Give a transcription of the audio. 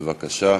בבקשה.